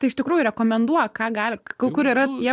tai iš tikrųjų rekomenduok ką gali kur yra tie